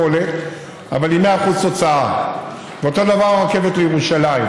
דרושים אנשים שידברו אמת גם כאשר זה לא משתלם פוליטית.